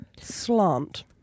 slant